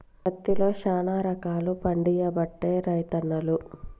పత్తిలో శానా రకాలు పండియబట్టే రైతన్నలు